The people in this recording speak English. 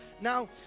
now